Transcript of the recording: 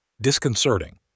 Disconcerting